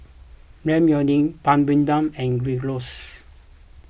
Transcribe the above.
Ramyeon Papadum and Gyros